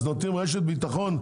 אז נותנים רשת ביטחון?